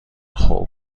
خوب